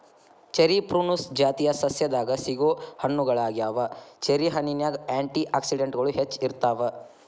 cherry Prunus ಜಾತಿಯ ಸಸ್ಯದಾಗ ಸಿಗೋ ಹಣ್ಣುಗಳಗ್ಯಾವ, ಚೆರಿ ಹಣ್ಣಿನ್ಯಾಗ ಆ್ಯಂಟಿ ಆಕ್ಸಿಡೆಂಟ್ಗಳು ಹೆಚ್ಚ ಇರ್ತಾವ